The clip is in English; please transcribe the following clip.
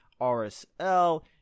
rsl